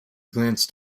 glanced